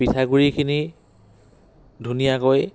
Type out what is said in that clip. পিঠাগুৰিখিনি ধুনীয়াকৈ